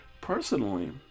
personally